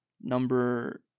number